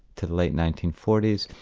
to the late nineteen forty s.